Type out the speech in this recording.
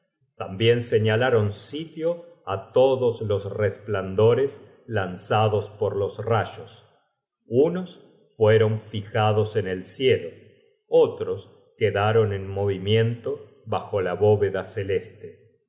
tambien señalaron sitio á todos los resplandores lanzados por los rayos unos fueron fijados en el cielo otros quedaron en movimiento bajo la bóveda celeste